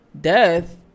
death